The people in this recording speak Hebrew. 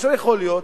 יכול להיות